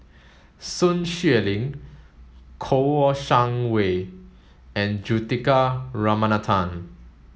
Sun Xueling Kouo Shang Wei and Juthika Ramanathan